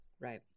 Right